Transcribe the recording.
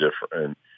different